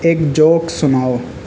ایک جوک سناؤ